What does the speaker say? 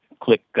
click